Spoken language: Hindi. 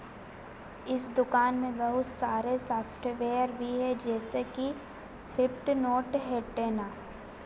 इस दुकान में बहुत सारे साफ्टवेयर भी है जैसे कि